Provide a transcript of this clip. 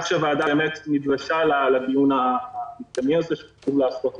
שהוועדה נדרשה לדיון --- הזה שצריך לעשות אותו.